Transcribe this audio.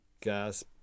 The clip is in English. gas